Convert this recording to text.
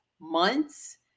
months